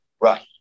Right